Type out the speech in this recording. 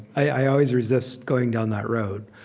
i always resist going down that road.